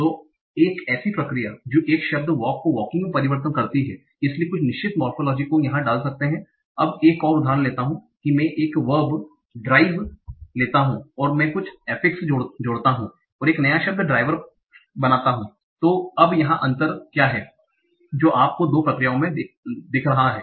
तो एक ऐसी प्रक्रिया है जो एक शब्द वाक को वॉकिंग में परिवर्तित करती है इसलिए कुछ निश्चित मोरफोलोजी को यहां डाल सकते हैं अब एक और उदाहरण लेता हूं मैं एक वर्ब ड्राइव लेता हूं और मैं कुछ एफिक्स जोड़ता हूं और एक नया शब्द ड्राइवर बनाता हूं तो अब क्या अंतर है जो आप दो प्रक्रियाओं में देखते हैं